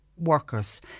Workers